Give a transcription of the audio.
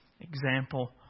example